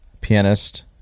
pianist